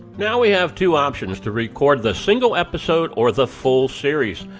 now we have two options to record, the single episode, or the full series.